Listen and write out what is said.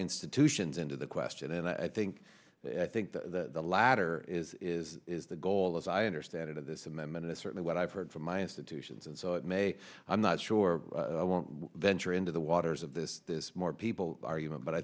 institutions into the question and i think i think the latter is is is the goal as i understand it of the and it's certainly what i've heard from my institutions and so it may i'm not sure i won't venture into the waters of this this more people are human but i